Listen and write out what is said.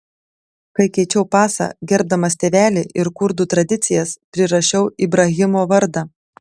kai keičiau pasą gerbdamas tėvelį ir kurdų tradicijas prirašiau ibrahimo vardą